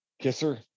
kisser